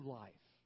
life